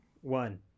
One